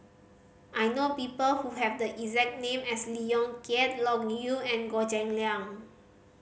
I know people who have the exact name as Lee Yong Kiat Loke Yew and Goh Cheng Liang